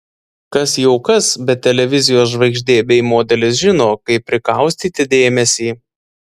kas jau kas bet televizijos žvaigždė bei modelis žino kaip prikaustyti dėmesį